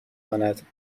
کند